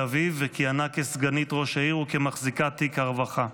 אביב וכיהנה כסגנית ראש העיר ומחזיקת תיק הרווחה.